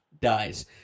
dies